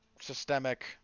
systemic